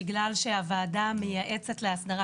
בגלל שהוועדה המייעצת להסדרה,